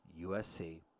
USC